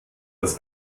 das